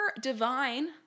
divine